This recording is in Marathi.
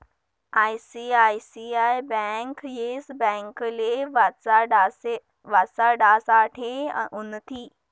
आय.सी.आय.सी.आय ब्यांक येस ब्यांकले वाचाडासाठे उनथी